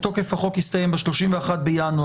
או תוקף החוק יסתיים ב-31 בינואר,